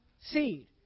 seed